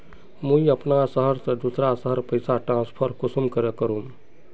मुई अपना शहर से दूसरा शहर पैसा ट्रांसफर कुंसम करे करूम?